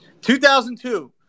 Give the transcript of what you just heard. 2002